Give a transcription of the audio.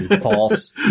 false